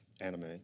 anime